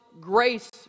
grace